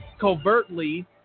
covertly